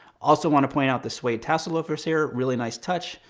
also want to point out the suede tassel loafers here, really nice touch,